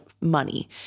money